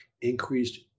increased